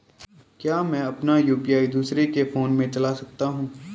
क्या मैं अपना यु.पी.आई दूसरे के फोन से चला सकता हूँ?